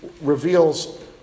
reveals